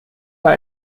bei